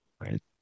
right